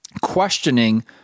questioning